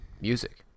music